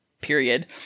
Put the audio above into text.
period